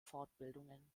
fortbildungen